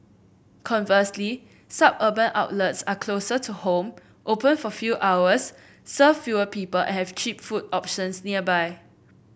conversely suburban outlets are closer to home open for few hours serve fewer people and have cheap food options nearby